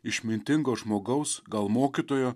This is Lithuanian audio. išmintingo žmogaus gal mokytojo